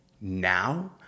now